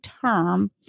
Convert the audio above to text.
term